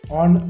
on